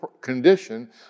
condition